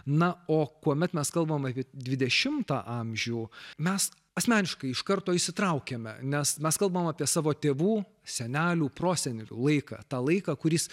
na o kuomet mes kalbame apie dvidešimtą amžių mes asmeniškai iš karto įsitraukiame nes mes kalbam apie savo tėvų senelių prosenelių laiką tą laiką kuris